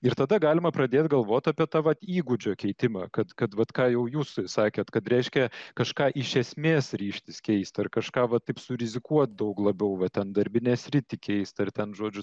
ir tada galima pradėt galvot apie tą vat įgūdžio keitimą kad kad vat ką jau jūs sakėt kad reiškia kažką iš esmės ryžtis keist ar kažką va taip surizikuot daug labiau va ten darbinę sritį keist ar ten žodžiu